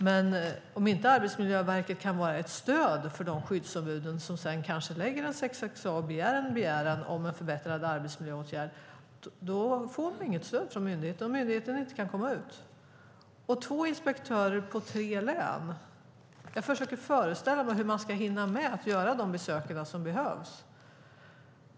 Men om Arbetsmiljöverket inte kan vara ett stöd för de skyddsombud som kommer med en begäran om en förbättrad arbetsmiljöåtgärd får de alltså inte något stöd från myndigheten om den inte kan komma ut. Om det är två inspektörer på tre län försöker jag föreställa mig hur de ska hinna med att göra de besök som behövs.